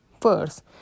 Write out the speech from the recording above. first